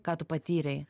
ką tu patyrei